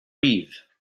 reeve